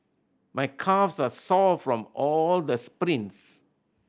my calves are sore from all the sprints